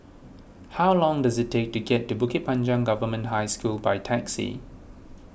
how long does it take to get to Bukit Panjang Government High School by taxi